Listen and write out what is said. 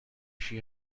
she